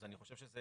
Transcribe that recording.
אז אני חושב שזה